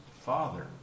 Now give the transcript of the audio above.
father